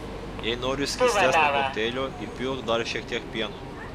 jei nori skystesnio kokteilio įpilk dar šiek tiek pieno